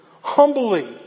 humbly